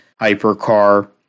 hypercar